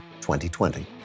2020